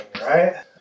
right